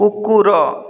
କୁକୁର